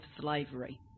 slavery